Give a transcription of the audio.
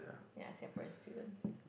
ya Singaporean students